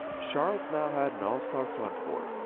charlotte now had an all-star front-court,